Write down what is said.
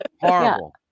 Horrible